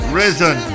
risen